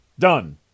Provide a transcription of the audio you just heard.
Done